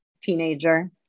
teenager